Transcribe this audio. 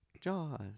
Jaws